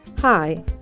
Hi